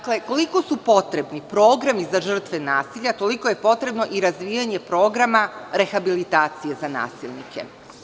Koliko su potrebni programi za žrtve nasilja, toliko je potrebno i razvijanje programa za rehabilitaciju za nasilnike.